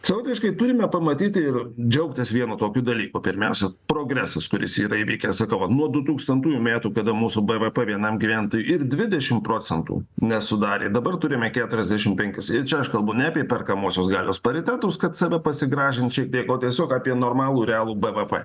savotiškai turime pamatyti ir džiaugtis vienu tokiu dalyku pirmiausia progresas kuris yra įvykęs sakau vat nuo dutūkstantųjų metų kada mūsų bvp vienam gyventojui ir dvidešimt procentų nesudarė dabar turime keturiasdešimt penkis ir čia aš kalbu ne apie perkamosios galios paritetus kad save pasigražint šiek tiek o tiesiog apie normalų realų bvp